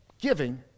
giving